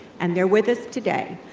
and they're with us today.